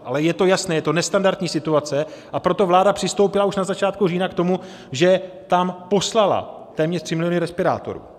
Ale je to jasné, je to nestandardní situace, a proto vláda přistoupila už na začátku října k tomu, že tam poslala téměř 3 miliony respirátorů.